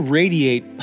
radiate